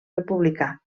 republicà